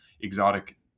exotic